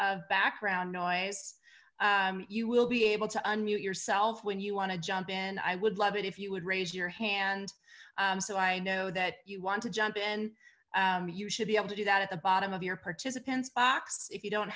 of background noise you will be able to unmute yourself when you want to jump in i would love it if you would raise your hand so i know that you want to jump in you should be able to do that at the bottom of your participants box if you don't